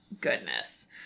Goodness